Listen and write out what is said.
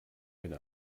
eine